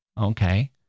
okay